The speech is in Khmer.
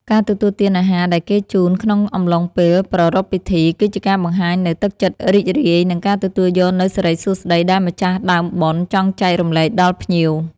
ការទទួលទានអាហារដែលគេជូនក្នុងអំឡុងពេលប្រារព្ធពិធី គឺជាការបង្ហាញនូវទឹកចិត្តរីករាយ និងការទទួលយកនូវសិរីសួស្តីដែលម្ចាស់ដើមបុណ្យចង់ចែករំលែកដល់ភ្ញៀវ។